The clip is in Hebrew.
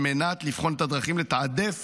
על מנת לבחון את הדרכים לתעדף